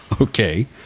Okay